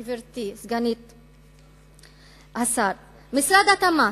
גברתי סגנית השר, משרד התמ"ת,